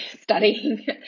studying